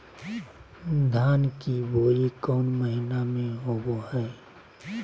धान की बोई कौन महीना में होबो हाय?